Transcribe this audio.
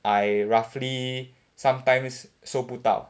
I roughly sometimes 收不到